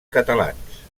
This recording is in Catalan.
catalans